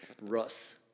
Russ